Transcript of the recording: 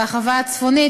הרחבה הצפונית,